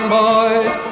boys